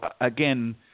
again